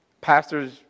pastor's